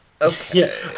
Okay